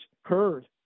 heard